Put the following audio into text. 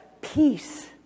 peace